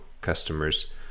customers